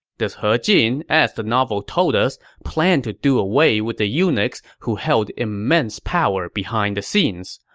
this he jin, as the novel told us, planned to do away with the eunuchs who held immense power behind the scenes,